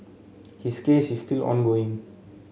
his case is still ongoing